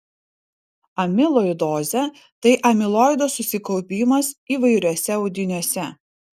amiloidozė tai amiloido susikaupimas įvairiuose audiniuose